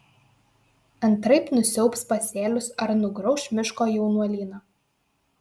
antraip nusiaubs pasėlius ar nugrauš miško jaunuolyną